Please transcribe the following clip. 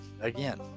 Again